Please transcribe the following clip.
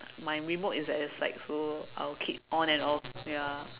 my remote is at the side so I will keep on and off ya